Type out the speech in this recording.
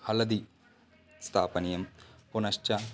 हलदि स्थापनीयं पुनश्च